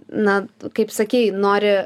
na kaip sakei nori